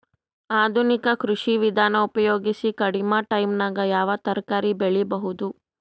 ಆಧುನಿಕ ಕೃಷಿ ವಿಧಾನ ಉಪಯೋಗಿಸಿ ಕಡಿಮ ಟೈಮನಾಗ ಯಾವ ತರಕಾರಿ ಬೆಳಿಬಹುದು?